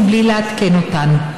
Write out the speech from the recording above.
בלי לעדכן אותן.